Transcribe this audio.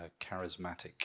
charismatic